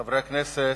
חברי הכנסת,